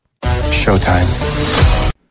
Showtime